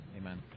Amen